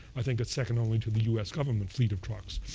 i think it's second only to the us government fleet of trucks.